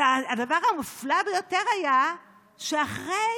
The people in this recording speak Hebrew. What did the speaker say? הדבר המופלא ביותר היה שאחרי